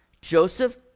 joseph